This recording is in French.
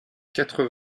quatre